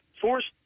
forced